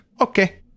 okay